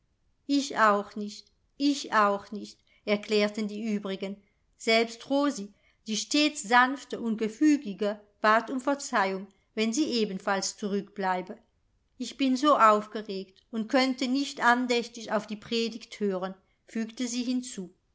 ich auch nicht ich auch nicht erklärten die übrigen selbst rosi die stets sanfte und gefügige bat um verzeihung wenn sie ebenfalls zurückbleibe ich bin so aufgeregt und könnte nicht andächtig auf die predigt hören fügte sie hinzu